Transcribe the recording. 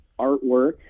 artwork